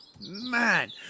man